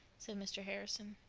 said mr. harrison.